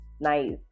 nice